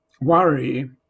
worry